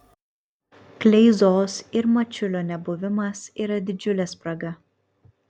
kleizos ir mačiulio nebuvimas yra didžiulė spraga